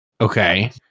Okay